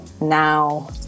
Now